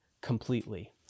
completely